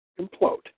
implode